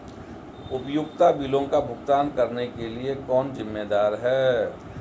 उपयोगिता बिलों का भुगतान करने के लिए कौन जिम्मेदार है?